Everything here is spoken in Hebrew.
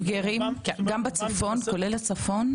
כולל הצפון?